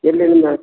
ಎಲ್ಲಿ ನಿಮ್ಮ